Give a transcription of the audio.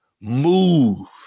move